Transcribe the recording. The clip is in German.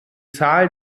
zahl